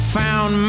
found